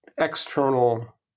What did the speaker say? external